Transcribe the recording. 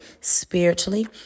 spiritually